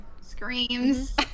Screams